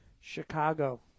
Chicago